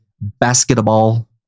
basketball